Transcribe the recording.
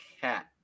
Cat